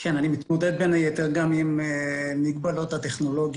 גם חברת הכנסת חיימוביץ' וגם חברתי טל גלבוע,